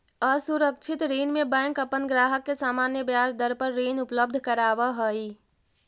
असुरक्षित ऋण में बैंक अपन ग्राहक के सामान्य ब्याज दर पर ऋण उपलब्ध करावऽ हइ